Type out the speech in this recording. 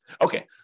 Okay